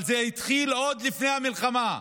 אבל זה התחיל עוד לפני המלחמה,